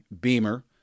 beamer